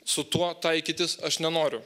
su tuo taikytis aš nenoriu